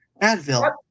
Advil